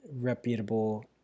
reputable